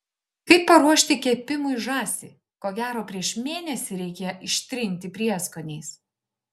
kaip paruošti kepimui žąsį ko gero prieš mėnesį reikia ištrinti prieskoniais